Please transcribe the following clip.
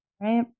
right